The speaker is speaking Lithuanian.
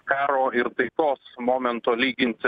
karo ir taikos momento lyginti